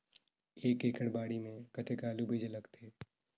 एक एकड़ बाड़ी मे कतेक आलू बीजा लगथे?